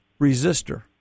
resistor